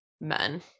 Men